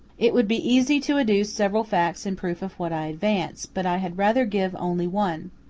it would be easy to adduce several facts in proof of what i advance, but i had rather give only one,